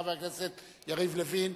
חבר הכנסת יריב לוין?